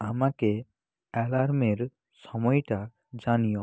আমাকে অ্যালার্মের সময়টা জানিও